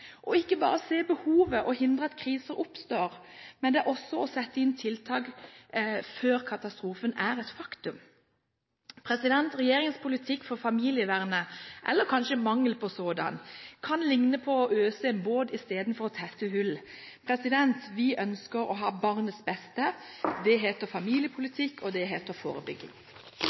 og ikke bare se behovet og hindre at kriser oppstår, men også å sette inn tiltak før katastrofen er et faktum. Regjeringens politikk for familievernet – eller kanskje mangel på sådan – kan ligne på at man øser båten i stedet for å tette hullet. Vi ønsker barnets beste. Det heter familiepolitikk, og det heter forebygging.